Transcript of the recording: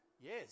Yes